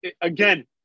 Again